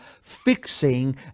fixing